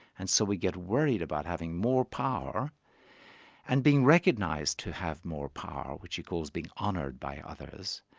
and so we get worried about having more power and being recognised to have more power, which he calls being honoured by others,